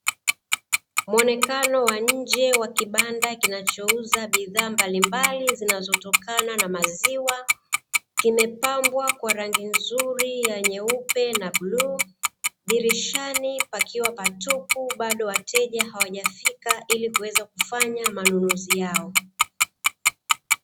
Muonekano wa nje wa kibanda kinachouza bidhaa mbalimbali zinazotokana na maziwa, kimepambwa kwa rangi nzuri ya nyeupe na bluu, dirishani pakiwa patupu, bado wateja hawajafika ili kuweza kufanya manunuzi yao.